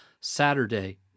Saturday